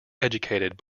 educated